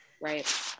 Right